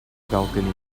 balcony